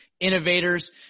innovators